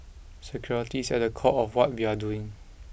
security is at the core of what we are doing